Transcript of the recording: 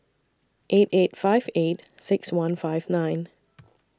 eight eight five eight six one five nine